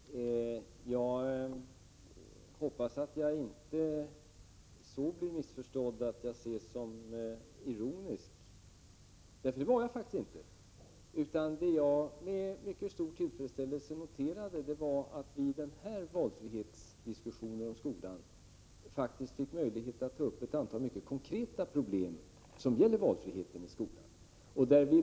Herr talman! Jag hoppas att jag inte så till den grad blir missförstådd att jag uppfattas som ironisk, det var jag faktiskt inte. Det jag med mycket stor tillfredsställelse noterade var att vi i denna valfrihetsdiskussion beträffande skolan fick möjlighet att ta upp ett antal konkreta problem.